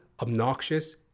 obnoxious